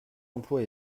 emplois